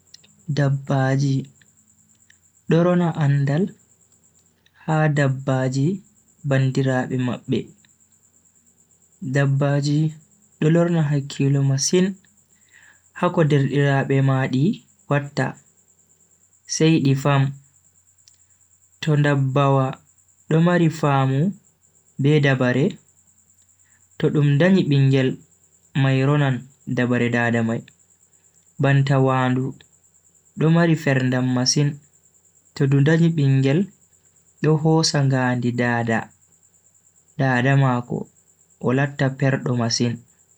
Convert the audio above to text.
Dabbaaji do rona andaal ha dabbaaji bandiraabe mabbe. Dabbaaji do lorna hakkilo masin ha ko bandiraabe maadi watta, sai di fama. to ndabbawa do mari faamu be dabare, to dum danyi bingel mai Ronan dabare dada mai. Banta wandu do mari ferndam masin, to ndu danyi bingel do hosa ngaandi dada mako o latta perdo masin.